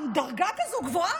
דרגה כזו גבוהה,